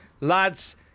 lads